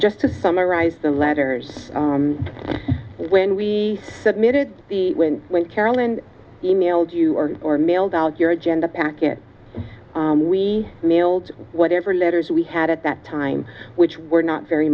just to summarize the letters when we submitted when carolyn emailed you or or mailed out your agenda packet we mailed whatever letters we had at that time which were not very